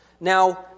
Now